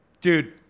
Dude